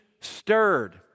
stirred